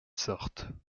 sortent